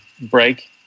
break